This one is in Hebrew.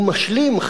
הוא משלים,